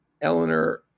Eleanor